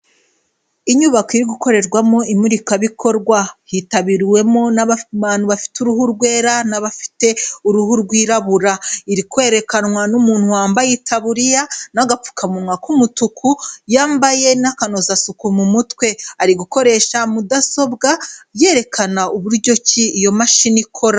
Inyubako iri gukorerwamo imurikabikorwa hitabiriwemo n'abantu bafite uruhu rwera n'abafite uruhu rwirabura, iri kwerekanwa n'umuntu wambaye itaburiya n'agapfukamunwa k'umutuku, yambaye n'akanozasuku mu mutwe. Ari gukoresha mudasobwa yerekana uburyo ki iyo mashini ikora.